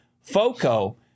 FOCO